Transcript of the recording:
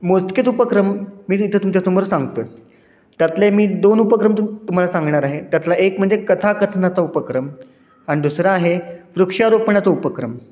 मोजकेच उपक्रम मी तिथे तुमच्यासमोर सांगतो आहे त्यातले मी दोन उपक्रम तुम तुम्हाला सांगणार आहे त्यातला एक म्हणजे कथा कथनाचा उपक्रम अन दुसरा आहे वृक्षारोपणाचा उपक्रम